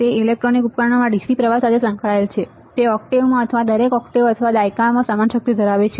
તે ઇલેક્ટ્રોનિક ઉપકરણોમાં dc પ્રવાહ સાથે સંકળાયેલ છે તે એક ઓક્ટેવમાં અથવા દરેક ઓક્ટેવ અથવા દાયકામાં સમાન શક્તિ ધરાવે છે